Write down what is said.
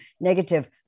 negative